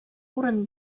урын